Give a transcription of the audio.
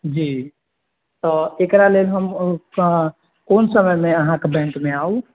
जी तऽ एकरा लेल हम तऽ कोन समय मे अहाँके बैंक मे आउ